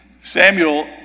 Samuel